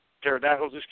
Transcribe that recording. pterodactyls